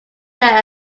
their